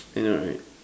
I know right